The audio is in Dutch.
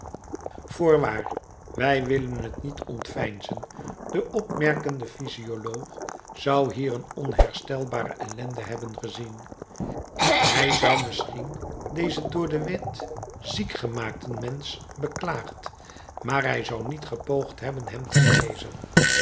voorwaar wij willen het niet ontveinzen de opmerkende physioloog zou hier een onherstelbare ellende hebben gezien hij zou misschien dezen door de wet ziek gemaakten mensch beklaagd maar hij zou niet gepoogd hebben hem te genezen